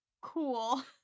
Cool